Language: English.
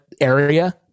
area